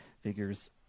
figures